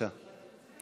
תגיד